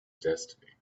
destiny